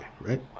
right